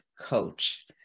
coach